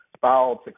filed